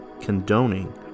condoning